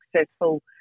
successful